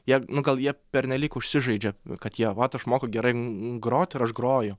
jie nu gal jie pernelyg užsižaidžia kad jie vat aš moku gerai grot ir aš groju